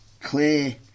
clear